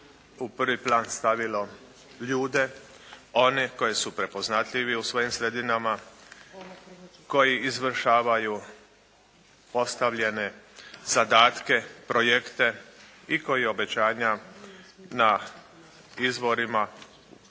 u prvi plan stavilo ljude one koji su prepoznatljivi u svojim sredinama, koji izvršavaju postavljene zadatke, projekte i koji obećanja na izborima i